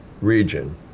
region